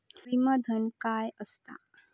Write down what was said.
विमा धन काय असता?